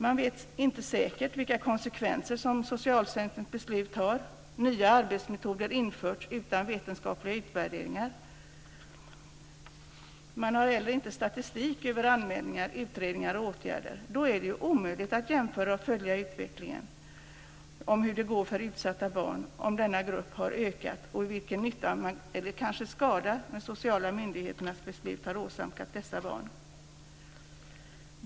Man vet inte säkert vilka konsekvenser socialtjänstens beslut har. Nya arbetsmetoder har införts utan vetenskapliga utvärderingar. Man har heller inte statistik över anmälningar, utredningar och åtgärder. Då är det omöjligt att jämföra och följa utvecklingen om hur det går för utsatta barn, om denna grupp har ökat och vilken nytta eller kanske skada som sociala myndigheters beslut har åsamkat dessa barn.